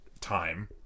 time